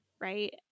right